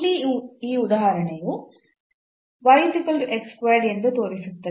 ಇಲ್ಲಿ ಈ ಉದಾಹರಣೆಯು ಎಂದು ತೋರಿಸುತ್ತದೆ